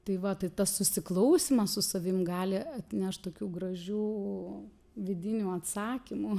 tai va tai tas susiklausymas su savim gali atnešt tokių gražių vidinių atsakymų